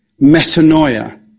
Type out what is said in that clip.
metanoia